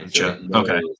Okay